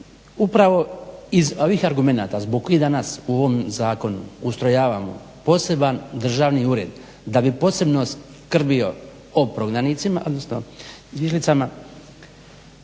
Upravo iz ovih argumenata zbog kojih danas u ovom zakonu ustrojavamo poseban državni ured da bi posebno skrbio o prognanicima odnosno o izbjeglicama